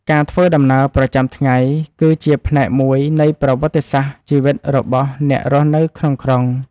ការធ្វើដំណើរប្រចាំថ្ងៃគឺជាផ្នែកមួយនៃប្រវត្តិសាស្ត្រជីវិតរបស់អ្នករស់នៅក្នុងក្រុង។